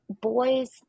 boys